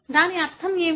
దాని అర్థం ఏమిటి